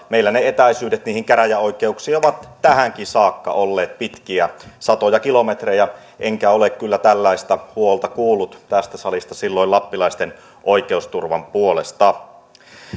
meillä ne etäisyydet niihin käräjäoikeuksiin ovat tähänkin saakka olleet pitkiä satoja kilometrejä enkä ole kyllä tällaista huolta kuullut tästä salista lappilaisten oikeusturvan puolesta